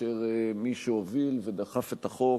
כאשר מי שהוביל ודחף את החוק